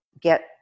get